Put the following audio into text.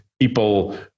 people